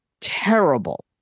terrible